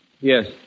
Yes